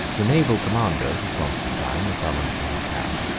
the naval commanders of constantine were summoned to his camp,